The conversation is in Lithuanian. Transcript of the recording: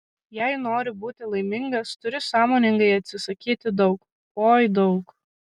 jei nori būti laimingas turi sąmoningai atsisakyti daug oi daug